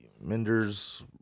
Menders